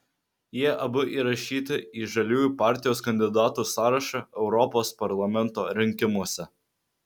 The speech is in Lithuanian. jie abu įrašyti į žaliųjų partijos kandidatų sąrašą europos parlamento rinkimuose